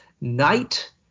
night